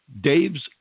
Dave's